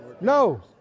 No